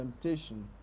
temptation